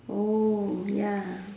oh ya